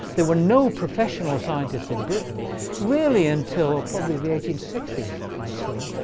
there were no professional scientists in britain really until probably the eighteen sixty s, i would say.